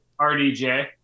RDJ